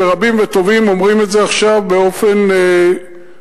ורבים וטובים אומרים את זה עכשיו באופן פשוט,